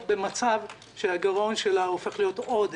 במצב שהגירעון שלה הופך להיות עודף.